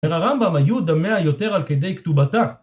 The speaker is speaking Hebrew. הרמב״ם היו דמיה יותר על כדי כתובתה